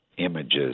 images